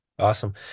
Awesome